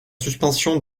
suspension